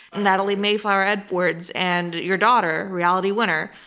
natalie mayflower edwards, and your daughter reality winner,